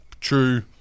true